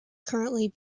currently